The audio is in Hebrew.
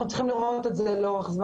אנחנו צריכים לראות את זה לאורך זה,